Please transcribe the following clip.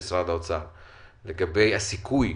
לגבי הסיכוי,